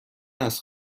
است